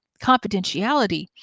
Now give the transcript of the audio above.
confidentiality